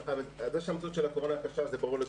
זה שהמציאות של הקורונה היא קשה, זה ברור לכולם.